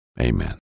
amen